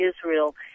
Israel